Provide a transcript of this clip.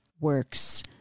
works